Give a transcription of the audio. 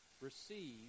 receive